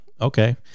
okay